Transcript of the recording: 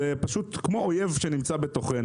זה כמו אויב שנמצא בתוכנו.